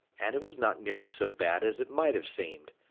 and it was not nearly so bad as it might have seemed.